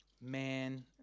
man